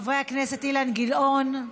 חבר הכנסת אילן גילאון,